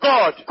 God